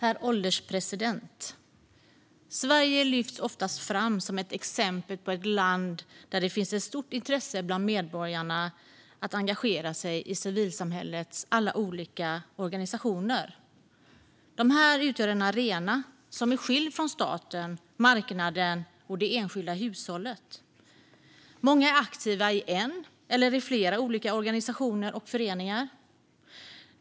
Herr ålderspresident! Sverige lyfts ofta fram som ett exempel på ett land där det finns ett stort intresse bland medborgarna av att engagera sig i civilsamhällets olika organisationer. De utgör en arena som är skild från staten, marknaden och det enskilda hushållet. Många är aktiva i en eller flera organisationer och föreningar.